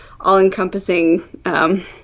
all-encompassing